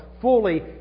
fully